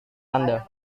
anda